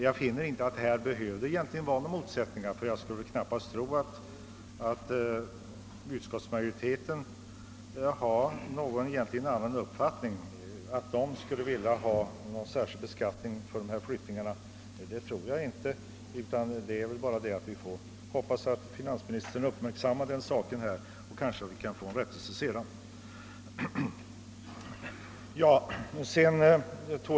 Jag kan inte finna någon anled ning till motsättningar och jag kan knappast tro att utskottsmajoriteten vill införa en särskild beskattning att gälla vid avflyttning. Vi får hoppas att finansministern uppmärksammar denna fråga så att en rättelse senare kan komma till stånd.